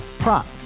Prop